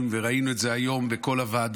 וראינו את זה היום בכל הוועדות,